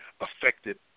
affected